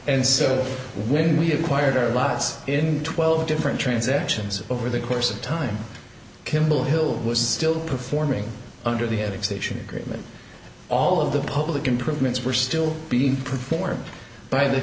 and so when we acquired our lots in twelve different transactions over the course of time kimball hill was still performing under the heading station agreement all of the public improvements were still being performed by the